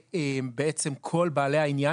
ובעצם כל בעלי העניין,